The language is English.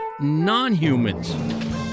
non-humans